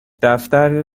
دفتر